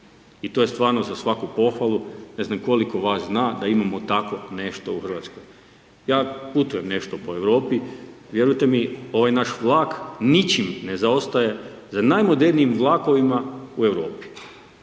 I to je stvarno za svaku pohvalu. Ne znam koliko vas zna da imamo tako nešto u Hrvatskoj. Ja putujem nešto po Europi, vjerujte mi ovaj naš vlak ničim ne zaostaje za najmodernijim vlakovima u Europi.